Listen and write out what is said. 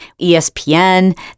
ESPN